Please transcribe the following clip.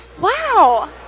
Wow